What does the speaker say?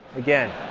again!